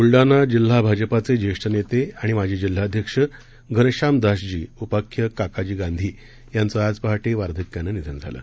ब्लडाणा जिल्हा भाजपचे जेष्ठ नेते आणि माजी जिल्हाध्यक्ष घनश्यामदासजी उपाख्य काकाजी गांधी यांचे आज पहाटे वृद्धापकाळानं निधन झाले